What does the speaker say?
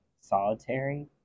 solitary